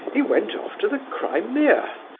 he went off to the crimea,